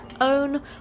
own